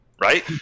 Right